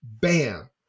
bam